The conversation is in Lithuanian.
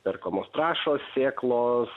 perkamos trąšos sėklos